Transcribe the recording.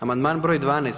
Amandman broj 12.